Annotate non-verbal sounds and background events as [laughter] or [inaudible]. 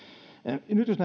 nyt [unintelligible]